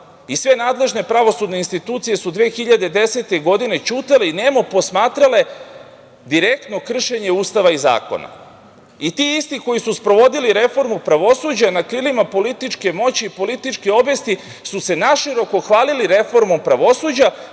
i sve nadležne pravosudne institucije su 2010. godine ćutale i nemo posmatrale direktno kršenje Ustava i zakona. Ti isti koji su sprovodili reformu pravosuđa, na krilima političke moći i političke obesti, su se naširoko hvalili reformom pravosuđa,